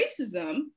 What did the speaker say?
racism